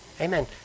Amen